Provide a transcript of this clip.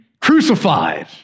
crucified